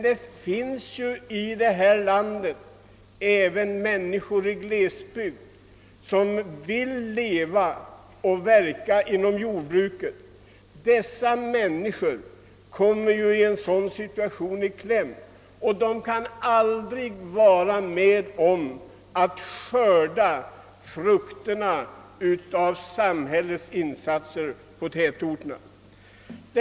De människor däremot som lever i glesbygder och vill verka inom jordbruket kommer i kläm härvidlag — de kan aldrig vara med och skörda frukterna av samhällets insatser för tätorterna.